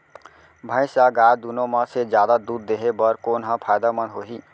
भैंस या गाय दुनो म से जादा दूध देहे बर कोन ह फायदामंद होही?